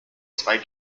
zwei